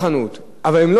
כי זה היה יקר,